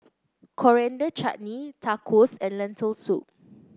Coriander Chutney Tacos and Lentil Soup